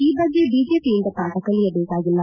ಈ ಬಗ್ಗೆ ಬಿಜೆಪಿಯಿಂದ ಪಾಠ ಕಲಿಯಬೇಕಾಗಿಲ್ಲ